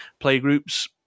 playgroups